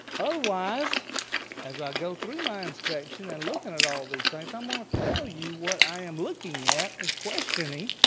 otherwise, as i go through my inspection and looking at all these things, i'm going ah to tell you what i am looking at and questioning,